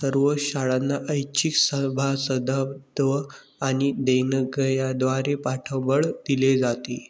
सर्व शाळांना ऐच्छिक सभासदत्व आणि देणग्यांद्वारे पाठबळ दिले जाते